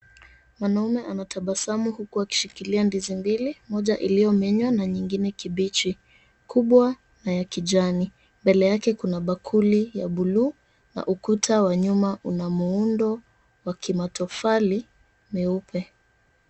Mwanamme anatabasamu huku akishikilia ndizi mbili, moja iliyomenywa na nyingine kibichi kubwa na ya kijani. Mbele yake kuna bakuli ya bluu, na ukuta wa nyuma una muundo wa kimatofali meupe.